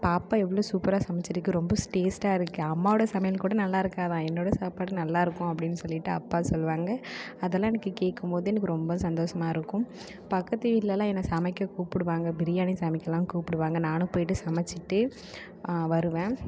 பாப்பா எவ்வளோ சூப்பராக சமைச்சுருக்கு ரொம்ப டேஸ்ட்டாக இருக்குது அம்மாவோட சமையல் கூட நல்லா இருக்காதான் என்னோட சாப்பாடு நல்லா இருக்கும் அப்படின்னு சொல்லிட்டு அப்பா சொல்லுவாங்க அதெலாம் எனக்கு கேட்கும்போது எனக்கு ரொம்ப சந்தோஷமா இருக்கும் பக்கத்து வீட்லெலாம் என்ன சமைக்க கூப்பிடுவாங்க பிரியாணி சமைக்கலாம் கூப்பிடுவாங்க நானும் போய்விட்டு சமைச்சுட்டு வருவேன்